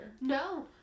No